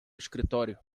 escritório